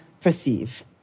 perceive